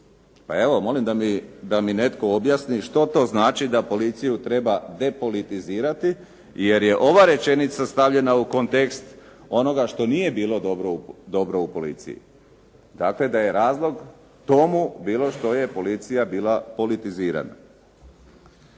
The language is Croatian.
Pa evo, molim da mi netko objasni što to znači da policiju treba depolitizirati, jer je ova rečenica stavljena u kontekst onoga što nije bilo dobro u policiji. Dakle, da je razlog tomu bilo što je policija bila politizirana.